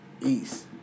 East